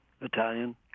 Italian